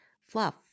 fluff